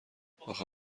اخه